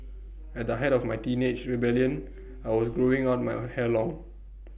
at the height of my teenage rebellion I was growing out my hair long